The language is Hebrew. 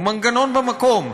הוא מנגנון במקום.